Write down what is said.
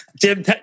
Jim